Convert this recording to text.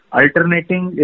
alternating